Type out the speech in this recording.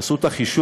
כשעשו את החישוב,